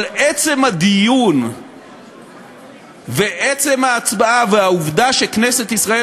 אבל עצם הדיון ועצם ההצבעה והעובדה שכנסת ישראל